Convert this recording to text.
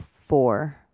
four